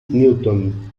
newton